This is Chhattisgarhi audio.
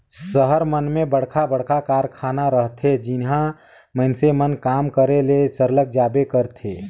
सहर मन में बड़खा बड़खा कारखाना रहथे जिहां मइनसे मन काम करे ले सरलग जाबे करथे